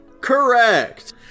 Correct